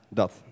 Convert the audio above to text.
dat